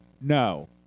No